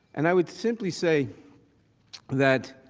and i would simply say that